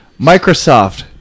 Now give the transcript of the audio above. microsoft